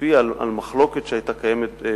כספי שהיה שנוי במחלוקת במשך